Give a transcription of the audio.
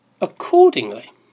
accordingly